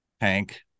Hank